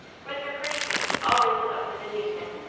with her pretty face all wrinkled up with amusement.